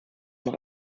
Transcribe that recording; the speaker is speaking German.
noch